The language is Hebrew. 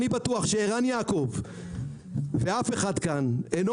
-- אני בטוח שערן יעקב ואף אחד כאן אינו